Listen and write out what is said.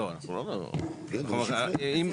עכשיו עוד